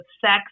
sex